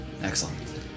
Excellent